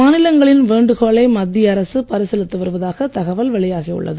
மாநிலங்களின் வேண்டுகோளை மத்திய அரசு பரிசீலித்து வருவதாக தகவல் வெளியாகி உள்ளது